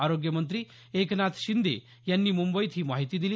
आरोग्य मंत्री एकनाथ शिंदे यांनी मुंबईत ही माहिती दिली